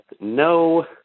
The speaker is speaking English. no